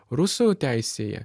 rusų teisėje